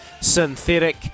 Synthetic